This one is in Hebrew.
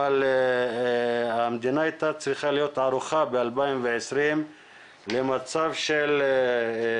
אבל המדינה הייתה צריכה להיות ערוכה ב-2020 למצב תקין,